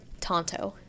tonto